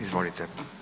Izvolite.